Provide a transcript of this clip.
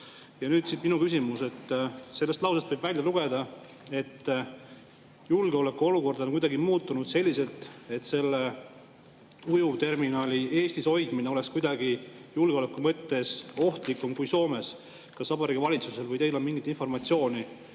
siit mu küsimus. Sellest lausest võib välja lugeda, et julgeolekuolukord on kuidagi muutunud selliselt, et selle ujuvterminali Eestis hoidmine oleks kuidagi julgeoleku mõttes ohtlikum kui Soomes hoidmine. Kas Vabariigi Valitsusel või teil on mingit informatsiooni,